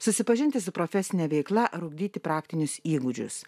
susipažinti su profesine veikla ar ugdyti praktinius įgūdžius